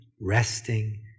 resting